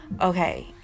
Okay